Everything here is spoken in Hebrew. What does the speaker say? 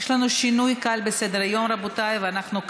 28 חברי כנסת בעד, 42 מתנגדים, אין נמנעים.